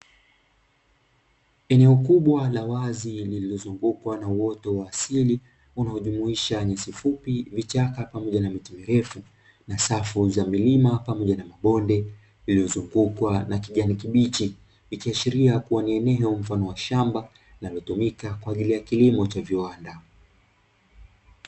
Eneo kubwa la wazi lililozungukwa na uoto wa asili unaojumuisha nyasi fupi, vichaka pamoja na miti mirefu na safu za milima pamoja na mabonde iliyozungukwa na kijani kibichi, ikiashiria kuwa ni eneo mfano wa shamba linalotumika kwa ajili ya kilimo cha viwanda.